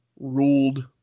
ruled